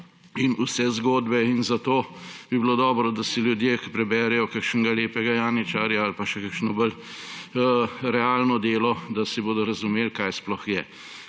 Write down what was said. in vse zgodbe. In zato bi bilo dobro, da si ljudje preberejo kakšnega Lepega janičarja ali pa še kakšno bolj realno delo, da bodo razumeli, za kaj sploh gre.